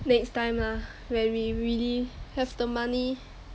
next time lah when we really have the money